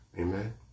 Amen